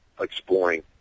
exploring